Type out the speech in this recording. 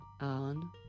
on